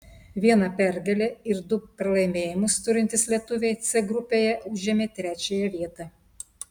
vieną pergalę ir du pralaimėjimus turintys lietuviai c grupėje užėmė trečiąją vietą